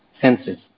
senses